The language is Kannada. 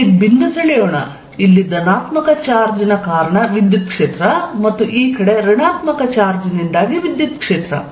ಇಲ್ಲಿ ಬಿಂದು ಸೆಳೆಯೋಣ ಇಲ್ಲಿ ಧನಾತ್ಮಕ ಚಾರ್ಜ್ ನ ಕಾರಣ ವಿದ್ಯುತ್ ಕ್ಷೇತ್ರ ಮತ್ತು ಇಲ್ಲಿ ಋಣಾತ್ಮಕ ಚಾರ್ಜ್ ನಿಂದಾಗಿ ವಿದ್ಯುತ್ ಕ್ಷೇತ್ರ